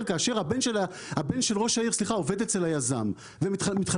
כאשר הבן של ראש העיר עובד אצל היזם --- נו,